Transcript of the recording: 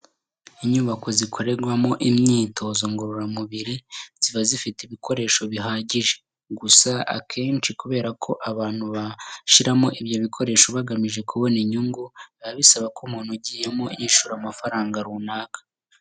Inyubako zikorerwamo imyitozo ngororamubiri ziba zifite ibikoresho bihagije, gusa akenshi kubera ko abantu bashiramo ibyo bikoresho bakeneye inyungu biba bisaba ko umuntu ugiyemo yishura amafaranga runaka.